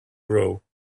grow